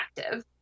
active